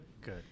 Good